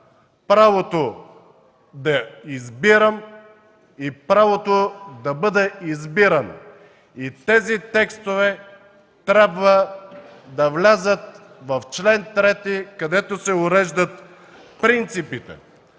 правото да избирам и правото да бъда избиран. Тези текстове трябва да влязат в чл. 3, където се уреждат принципите!